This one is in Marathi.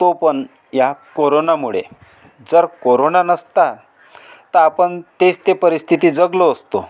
तो पण या कोरोनामुळे जर कोरोना नसता तर आपण तेच ते परिस्थिती जगलो असतो